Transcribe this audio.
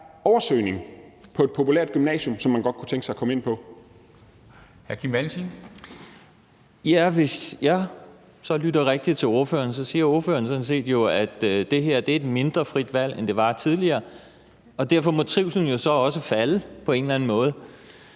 oversøgning på et populært gymnasium, som man godt kunne tænke sig. Kl. 10:50 Formanden (Henrik Dam Kristensen): Hr. Kim Valentin. Kl. 10:50 Kim Valentin (V): Hvis jeg lytter rigtigt til ordføreren, så siger ordføreren jo sådan set, at det her er et mindre frit valg, end det var tidligere. Og derfor må trivslen jo så også falde på en eller anden måde.